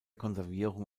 konservierung